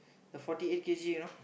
the forty eight K_G you know